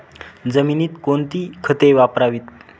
जमिनीत कोणती खते वापरावीत?